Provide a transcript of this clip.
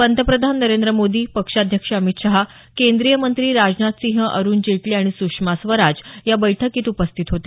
पंतप्रधान नरेंद्र मोदी पक्षाध्यक्ष अमित शाह केंद्रीय मंत्री राजनाथ सिंह अरुण जेटली आणि सुषमा स्वराज या बैठकीला प्रमुख उपस्थित होते